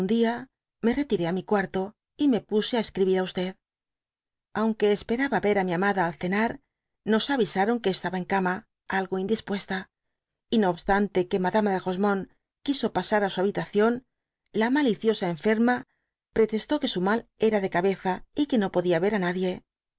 me retiró á mi cuartoy me puse á escribir i aunque esperaba ver á mi amada al cenar nos avisaron que estaba en gana alo indispuesta y no bátante que madama de rosemonde quiso pasar á su habitación la maliciosa enferma pretestó que su mal era de cabeza y que no podía ver á nadie